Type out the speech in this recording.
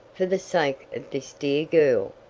for the sake of this dear girl!